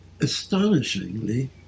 astonishingly